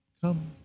come